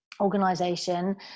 organization